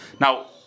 Now